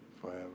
forever